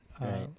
Right